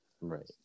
Right